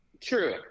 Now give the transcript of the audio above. true